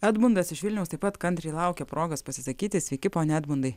edmundas iš vilniaus taip pat kantriai laukė progos pasisakyti sveiki pone edmundai